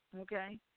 okay